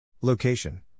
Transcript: Location